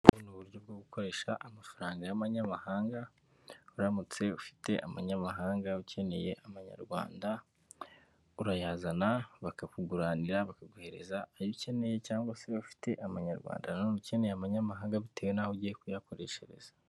Ubu ni uburyo bwo gukoresha amafaranga y'amanyamahanga, uramutse ufite amanyamahanga ukeneye amanyarwanda, urayazana bakakuguranira, bakaguhereza ayo ukeneye cyangwa se waba ufite amanyarwanda ukeneye amanyamahanga bitewe n'aho ugiye kuyakoreshereza.